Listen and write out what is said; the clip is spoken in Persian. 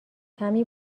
کمی